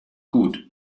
gut